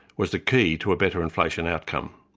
was the key to a better inflation outcome.